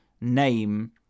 name